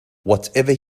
whatever